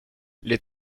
les